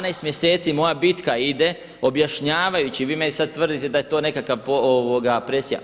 12 mjeseci moja bitka ide, objašnjavajući, vi meni sada tvrdite da je to nekakva presija.